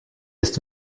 ist